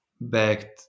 backed